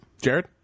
jared